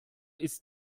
ist